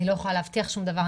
אני לא יכולה להבטיח שום דבר,